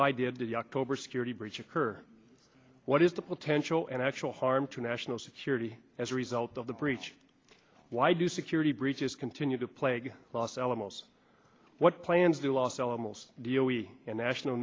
why did the october security breach occur what is the potential and actual harm to national security as a result of the breach why do security breaches continue to plague los alamos what plans do los alamos deal we and national